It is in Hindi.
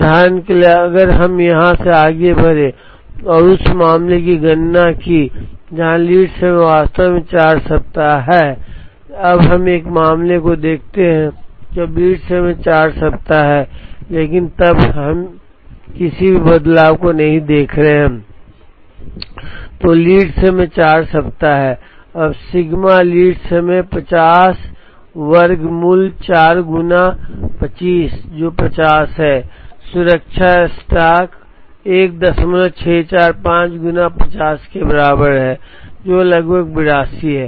उदाहरण के लिए अगर हम यहां से आगे बढ़े और उस मामले की गणना की जहां लीड समय वास्तव में 4 सप्ताह है संदर्भ समय 3148 देखें अब हम एक मामले को देखते हैं जब लीड समय 4 सप्ताह है लेकिन तब हम भी किसी भी बदलाव को नहीं देख रहे I तो लीड समय 4 सप्ताह है अब सिग्मा लीड समय 50 वर्ग मूल 4 गुणा 25 जो 50 है सुरक्षा स्टॉक 1645 गुणा ५० के बराबर है जो लगभग 82 है